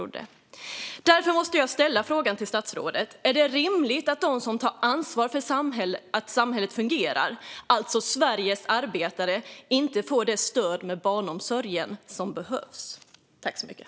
Därför måste jag ställa en fråga till statsrådet: Är det rimligt att de som tar ansvar för att samhället fungerar, alltså Sveriges arbetare, inte får det stöd med barnomsorg som de behöver?